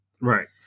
Right